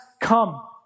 come